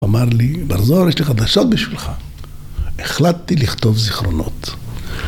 אמר לי בר זוהר יש לי חדשות בשבילך, החלטתי לכתוב זיכרונות